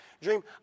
dream